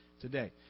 today